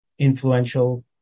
influential